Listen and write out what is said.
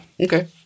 Okay